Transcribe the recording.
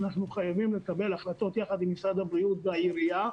אנחנו חייבים לקבל החלטות יחד עם משרד הבריאות והעירייה,